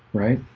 right?